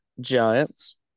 Giants